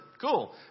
cool